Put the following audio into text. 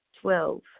Twelve